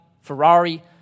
Ferrari